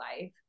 life